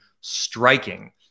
striking